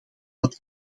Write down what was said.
dat